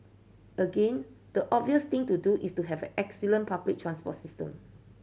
again the obvious thing to do is to have excellent public transport system